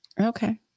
okay